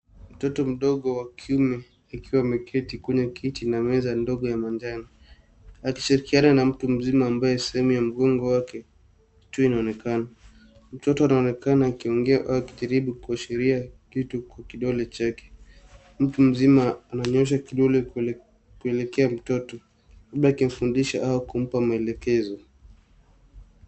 Mtoto mdogo wa kiume akiwa ameketi kwenye kiti na meza ndogo ya manjano. Akishirikiana na mtu mzima ambaye sehemu ya mgongo wake, kichwa inaonekana. Mtoto anaonekana akiongea au akijaribu kuashiria kitu kwa kidole chake. Mtu mzima ananyoosha kidole kuelekea mtoto, labda akimfundisha au kumpa maelekezo.